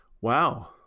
Wow